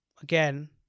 again